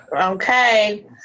Okay